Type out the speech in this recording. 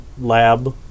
lab